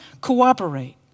Cooperate